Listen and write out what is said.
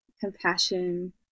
compassion